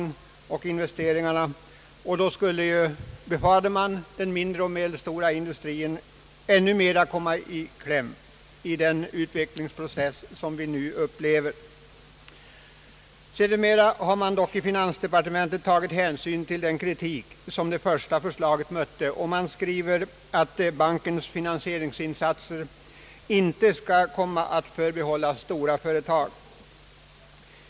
I så fall, befarade man, skulle den mindre och medelstora industrin komma ännu mera i kläm i den utvecklingsprocess som vi nu upplever. Sedermera har man dock i finansdepartementet tagit hänsyn till den kritik som det första förslaget mötte och skriver att »bankens = finansieringsinsatser «inte kommer att förbehållas stora företag».